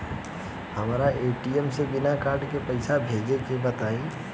हमरा ए.टी.एम से बिना कार्ड के पईसा भेजे के बताई?